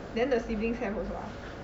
then the siblings have also ah